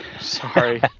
Sorry